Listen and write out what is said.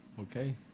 Okay